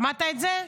שמעת את זה?